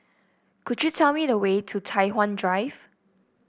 could you tell me the way to Tai Hwan Drive